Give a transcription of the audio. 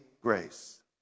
grace